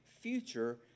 future